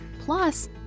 plus